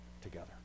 together